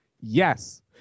yes